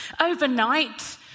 Overnight